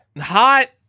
Hot